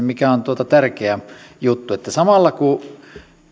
mikä on tärkeä juttu samalla kun